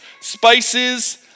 spices